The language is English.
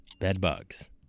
bedbugs